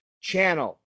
channel